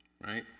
right